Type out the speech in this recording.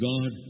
God